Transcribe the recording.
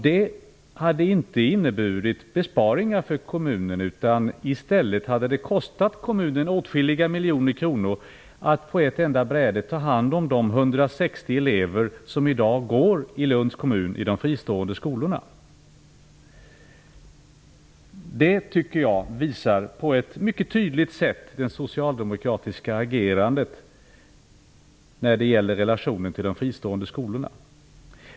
Det hade inte inneburit besparingar för kommunen. I stället hade det kostat kommunen åtskilliga miljoner kronor att på ett enda bräde ta hand om de 160 elever i Lunds kommun som i dag går i de fristående skolorna. Det tycker jag på ett mycket tydligt sätt visar på det socialdemokratiska agerandet när det gäller relationer till de fristående skolorna.